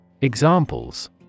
Examples